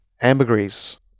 Ambergris